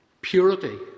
purity